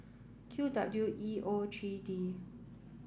Q W E O three D